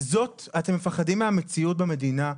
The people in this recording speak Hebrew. אתם מפחדים מהמציאות במדינה?